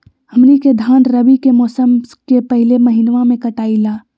हमनी के धान रवि के मौसम के पहले महिनवा में कटाई ला